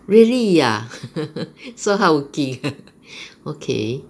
really ah so hardworking okay